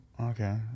Okay